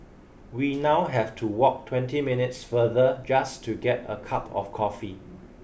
we now have to walk twenty minutes further just to get a cup of coffee